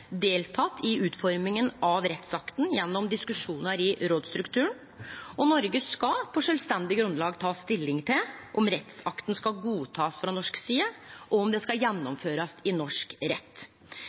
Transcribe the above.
i utforminga av rettsakta gjennom diskusjonar i rådsstrukturen. Noreg skal på sjølvstendig grunnlag ta stilling til om rettsakta skal godtakast frå Noregs side, og om ho skal